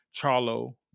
charlo